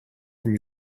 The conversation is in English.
from